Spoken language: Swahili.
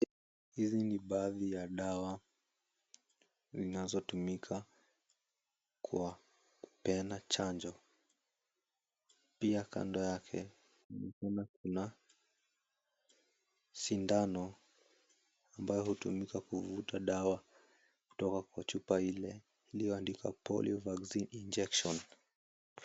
Hizi ni baadhi ya dawa zinazotumika kwa kupeana chanjo. Pia kando yake kuna sindano ambayo hutumika kuvuta dawa kutoka kwa chupa ile iliyoandikwa Polio Vaccine Injection.